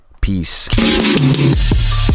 Peace